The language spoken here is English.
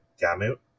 Gamut